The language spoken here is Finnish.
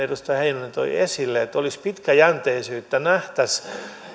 edustaja heinonen toi esille olisi pitkäjänteisyyttä nähtäisiin